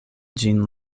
ĝin